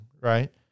right